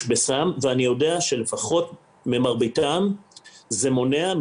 בסם ואני יודע שלפחות למרביתם זה מונע,